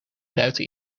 ruiten